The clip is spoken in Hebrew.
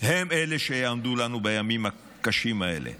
הם אלה שיעמדו לנו בימים הקשים האלה.